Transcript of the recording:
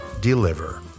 Deliver